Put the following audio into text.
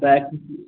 bag भी